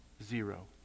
zero